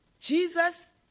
Jesus